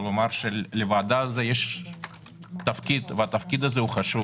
ולומר שלוועדה הזאת יש תפקיד חשוב.